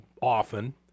often